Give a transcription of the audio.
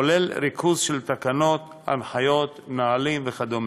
כולל ריכוז של תקנות, הנחיות, נהלים וכדומה.